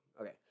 okay